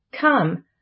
Come